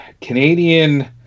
Canadian